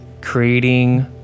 creating